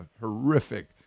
horrific